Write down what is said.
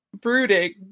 brooding